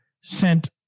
sent